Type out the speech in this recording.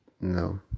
No